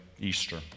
Easter